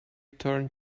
turned